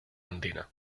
andina